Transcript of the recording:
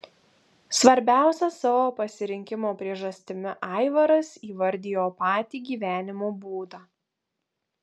svarbiausia savo pasirinkimo priežastimi aivaras įvardijo patį gyvenimo būdą